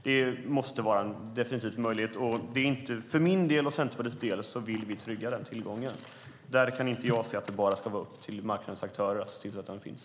Det måste definitivt vara möjligt, och för min och Centerpartiets del vill vi trygga den tillgången. Där kan inte jag se att det bara ska vara upp till marknadsaktörer att se till att det finns.